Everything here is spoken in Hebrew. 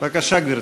בבקשה, גברתי.